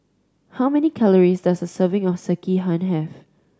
how many calories does a serving of Sekihan have